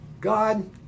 God